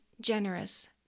generous